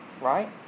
Right